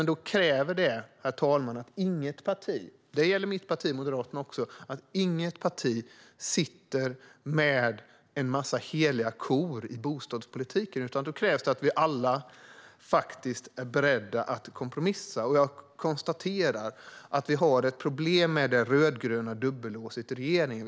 Detta kräver dock att inget parti, inte heller mitt eget parti Moderaterna, sitter med en massa heliga kor i bostadspolitiken, och det kräver att vi alla är beredda att kompromissa. Jag konstaterar att vi har ett problem med det rödgröna dubbellåset i regeringen.